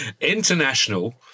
International